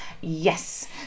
Yes